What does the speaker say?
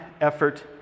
effort